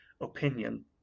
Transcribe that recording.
opinion